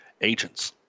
agents